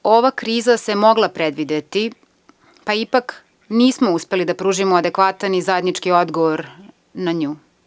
Ova kriza se mogla predvideti, pa ipak nismo uspeli da pružimo adekvatan i zajednički odgovor na nju.